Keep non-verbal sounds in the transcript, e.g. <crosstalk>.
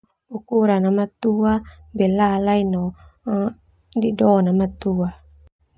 Ukuran matua belalai no <hesitation> dido na matua.